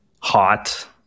hot